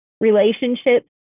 relationships